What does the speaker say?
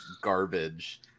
garbage